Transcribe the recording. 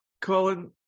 Colin